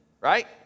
Right